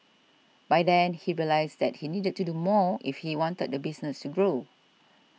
by then he realised that he needed to do more if he wanted the business to grow